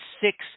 six